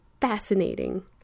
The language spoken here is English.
fascinating